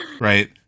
Right